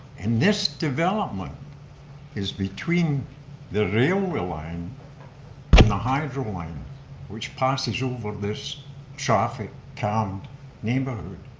and this development is between the railway line but in the hydra wine which passes over this traffic count neighborhood.